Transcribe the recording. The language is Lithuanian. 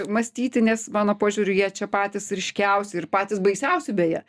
mąstyti nes mano požiūriu jie čia patys ryškiausi ir patys baisiausi beje